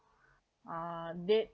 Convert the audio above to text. uh dead